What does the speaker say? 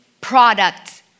product